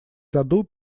саду